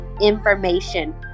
information